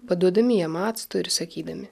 paduodami jam acto ir sakydami